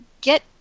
get